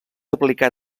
aplicar